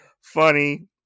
funny